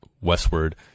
westward